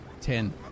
Ten